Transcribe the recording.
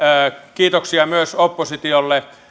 kiitoksia myös oppositiolle